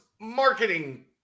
marketing